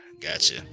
Gotcha